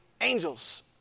angels